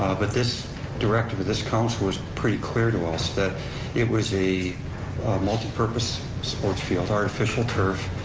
but this directive, this council was pretty clear to us that it was a multi-purpose sports field, artificial turf,